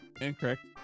Incorrect